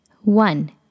one